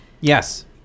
Yes